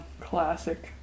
Classic